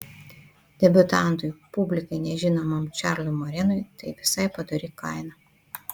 debiutantui publikai nežinomam čarlzui morenui tai visai padori kaina